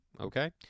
Okay